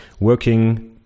working